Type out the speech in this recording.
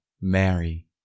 Mary